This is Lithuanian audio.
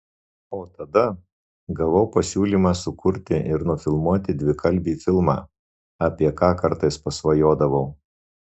o tada gavau pasiūlymą sukurti ir nufilmuoti dvikalbį filmą apie ką kartais pasvajodavau